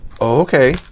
okay